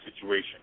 situation